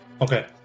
okay